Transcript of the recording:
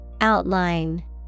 Outline